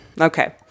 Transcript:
Okay